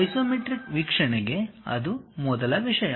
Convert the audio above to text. isometric ವೀಕ್ಷಣೆಗೆ ಅದು ಮೊದಲ ವಿಷಯ